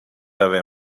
haver